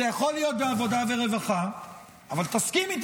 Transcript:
זה יכול להות בעבודה ורווחה אבל תסכים איתי